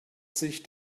sich